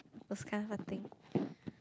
those kind of a thing